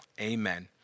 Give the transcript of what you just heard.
Amen